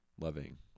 loving